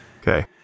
okay